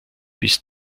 bis